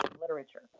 literature